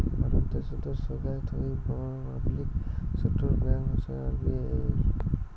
ভারত দ্যাশোতের সোগায় থুই বড় পাবলিক সেক্টর ব্যাঙ্ক হসে আর.বি.এই